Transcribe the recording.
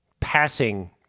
passing